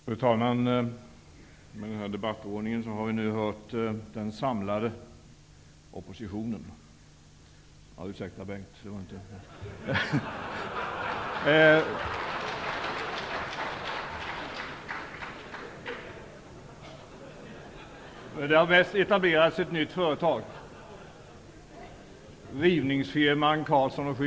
Fru talman! Enligt den nya debattordningen har vi nu hört den samlade oppositionen -- ursäkta, Bengt Det har etablerats ett nytt företag, Rivningsfirman Carlsson & Schyman.